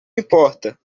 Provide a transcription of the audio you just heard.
importa